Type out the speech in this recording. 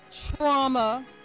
trauma